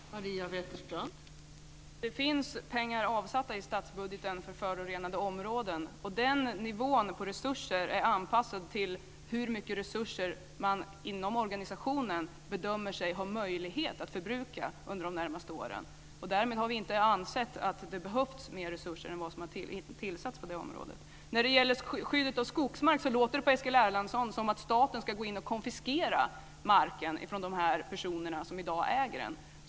Fru talman! Det finns pengar avsatta i statsbudgeten för förorenade områden. Den nivån på resurser är anpassad till hur mycket resurser man inom organisationen bedömer sig ha möjlighet att förbruka under de närmaste åren. Därmed har vi inte ansett att det har behövts mer resurser än vad som har tillsatts på det området. När det gäller skyddet av skogsmark låter det på Eskil Erlandsson som om staten ska gå in och konfiskera marken från de personer som i dag äger den.